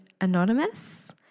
anonymous